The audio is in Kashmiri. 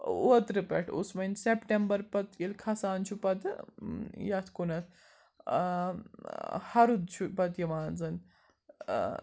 اوترٕ پٮ۪ٹھ اوٗس وۄنۍ سیٚپٹمبَر پَتہٕ ییٚلہِ کھَسان چھُ پَتہٕ یَتھ کُنَتھ ٲں ہَرُد چھُ پَتہٕ یِوان زَن ٲں